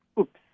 Oops